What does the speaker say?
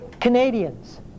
Canadians